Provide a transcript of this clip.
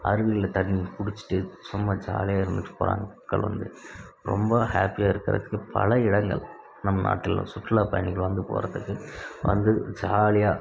அருவியில் தண்ணி குடிச்சுட்டு சும்மா ஜாலியாக இருந்துட்டு போகிறாங்க மக்கள் வந்து ரொம்ப ஹாப்பியாக இருக்கிறதுக்கு பல இடங்கள் நம் நாட்டில் சுற்றுலா பயணிகள் வந்து போவதுக்கு வந்து ஜாலியாக